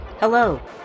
Hello